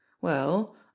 Well